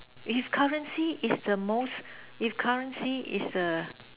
if currency is the most if currency is the